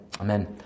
Amen